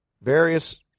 Various